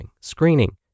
screening